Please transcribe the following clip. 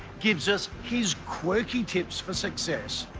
gives us his quirky tips for success.